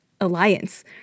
alliance